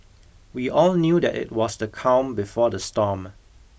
we all knew that it was the calm before the storm